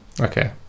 Okay